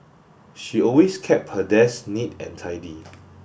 she always kept her desk neat and tidy